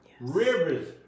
Rivers